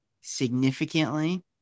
significantly